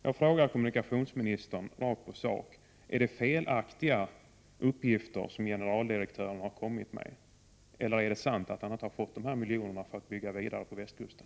Jag frågar kommunikationsministern rakt på sak: Är generaldirektörens uppgifter felaktiga eller är det sant att han inte har fått de begärda miljonerna för vidare satsningar på västkusten?